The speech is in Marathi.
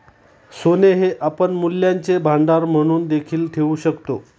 सोने हे आपण मूल्यांचे भांडार म्हणून देखील ठेवू शकतो